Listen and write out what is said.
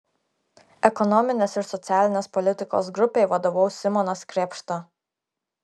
ekonominės ir socialinės politikos grupei vadovaus simonas krėpšta